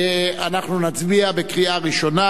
אנחנו נצביע בקריאה ראשונה.